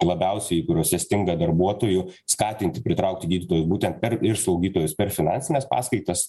labiausiai kuriose stinga darbuotojų skatint pritraukti gydytojų būtent per ir slaugytojus per finansines paskaitas